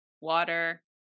water